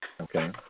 Okay